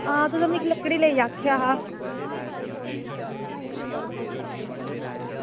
आं तुसें मिगी लकड़ी लेई आक्खेआ हा